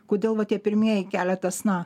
kodėl va tie pirmieji keletas na